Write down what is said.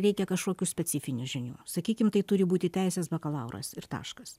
reikia kažkokių specifinių žinių sakykim tai turi būti teisės bakalauras ir taškas